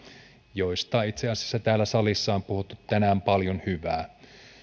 joista itse asiassa täällä salissa on puhuttu tänään paljon hyvää